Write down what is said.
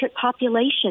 population